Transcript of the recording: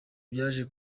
byaje